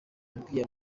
yabwiye